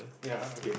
ya okay